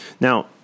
Now